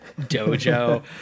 dojo